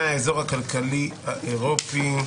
מהאזור הכלכלי האירופי),